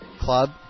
Club